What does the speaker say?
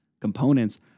components